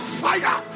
fire